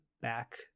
back